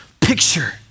picture